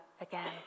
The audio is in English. again